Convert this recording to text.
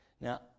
Now